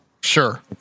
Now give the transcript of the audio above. Sure